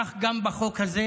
וכך גם בחוק הזה.